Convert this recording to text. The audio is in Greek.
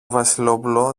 βασιλόπουλο